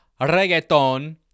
reggaeton